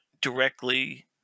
directly